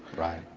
right.